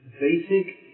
basic